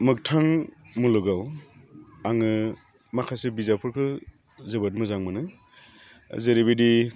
मोगथां मुलुगाव आङो माखासे बिजाबफोरखौ जोबोद मोजां मोनो जेरैबायदि